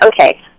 Okay